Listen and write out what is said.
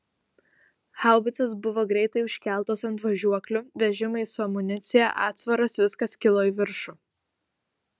haubicos buvo greitai užkeltos ant važiuoklių vežimai su amunicija atsvaros viskas kilo į viršų